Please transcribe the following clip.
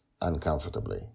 uncomfortably